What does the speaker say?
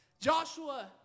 Joshua